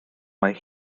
mai